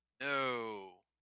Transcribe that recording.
no